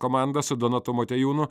komanda su donatu motiejūnu